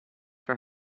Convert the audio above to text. for